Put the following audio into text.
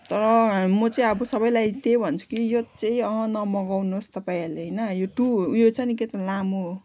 तर म चाहिँ अब सबैलाई त्यही भन्छु कि यो चाहिँ नमगाउनुहोस् तपाईँहरूले होइन यो टू उयो छ नि के यो लामो